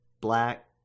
black